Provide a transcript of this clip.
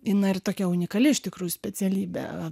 jinai ir tokia unikali iš tikrųjų specialybė